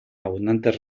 abundantes